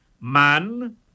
man